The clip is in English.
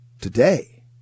Today